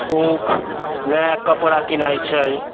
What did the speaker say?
ओ नया कपड़ा किनै छै